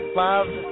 love